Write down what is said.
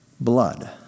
blood